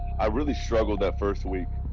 i really struggled that first week